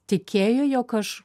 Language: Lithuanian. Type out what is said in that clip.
tikėjo jog aš